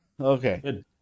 Okay